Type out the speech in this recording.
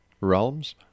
realms